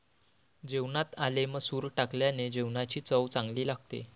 जेवणात आले मसूर टाकल्याने जेवणाची चव चांगली लागते